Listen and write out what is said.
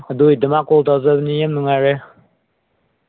ꯑꯗꯨꯒꯤꯗꯃꯛ ꯀꯣꯜ ꯇꯧꯖꯕꯅꯤ ꯌꯥꯝ ꯅꯨꯡꯉꯥꯏꯔꯦ